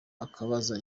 akabaza